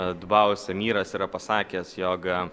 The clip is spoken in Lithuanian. dubajaus emyras yra pasakęs jog